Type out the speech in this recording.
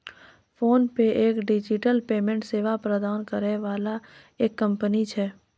PhonePe एक digital payment सेवा प्रदान करै वाला एक कंपनी छै